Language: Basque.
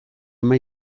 ama